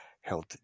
health